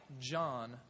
John